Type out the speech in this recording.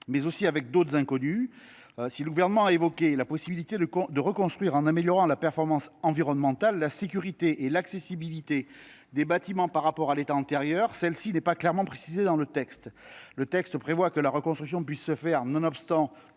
en outre de nombreuses inconnues. Si le Gouvernement a évoqué la possibilité de reconstruire en améliorant la performance environnementale, la sécurité et l’accessibilité des bâtiments par rapport à leur état antérieur, cette intention n’est pas clairement précisée dans le texte. Le texte prévoit que la reconstruction pourra se faire « nonobstant